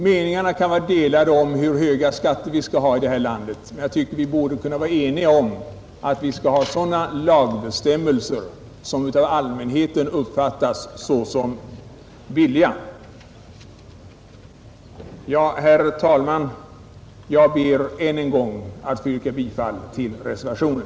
Meningarna kan vara delade om hur höga skatter vi skall ha i detta land. Men jag tycker att vi borde kunna vara eniga om att vi skall ha lagbestämmelser som av allmänheten inte uppfattas såsom obilliga. Herr talman! Jag ber att än en gång få yrka bifall till reservationen.